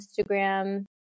Instagram